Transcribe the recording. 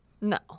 No